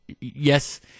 yes